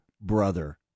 brother